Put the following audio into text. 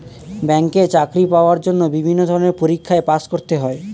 ব্যাংকে চাকরি পাওয়ার জন্য বিভিন্ন ধরনের পরীক্ষায় পাস করতে হয়